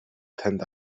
танд